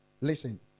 listen